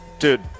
Dude